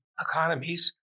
economies